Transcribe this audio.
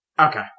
Okay